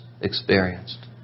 experienced